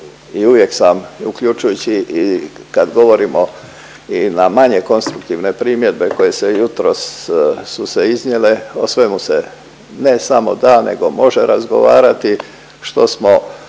uvijek sam uključujući i kad govorimo i na manje konstruktivne primjedbe koje se jutros, su se iznijele, o svemu se ne samo da nego može razgovarati. Što smo